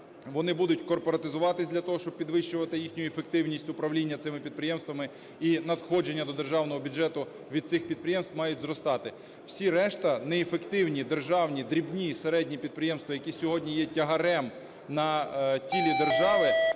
вони будуть корпоратизуватися для того, щоб підвищувати їхню ефективність управління цими підприємствами, і надходження до державного бюджету від цих підприємств мають зростати. Всі решта неефективні державні дрібні і середні підприємства, які сьогодні є тягарем на тілі держави,